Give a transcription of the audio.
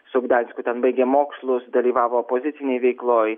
su gdansku ten baigė mokslus dalyvavo opozicinėj veikloj